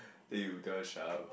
then you tell her shut up lah